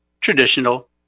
traditional